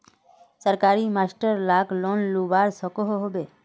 सरकारी मास्टर लाक लोन मिलवा सकोहो होबे?